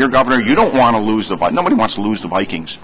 your governor you don't want to lose the vote nobody wants to lose the vikings